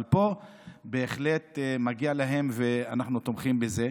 אבל פה בהחלט מגיע להם, ואנחנו תומכים בזה.